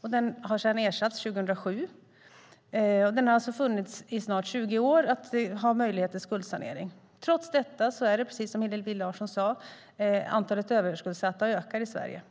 Den har sedan ersatts 2007. Möjlighet till skuldsanering har alltså funnits i snart tjugo år. Trots detta ökar, precis som Hillevi Larsson sade, antalet överskuldsatta i Sverige.